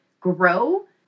grow